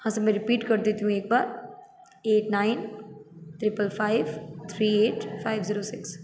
हाँ सर मैं रिपीट कर देती हूँ एक बार eight nine triple five three eight five zero six